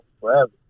forever